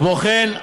כמו כן,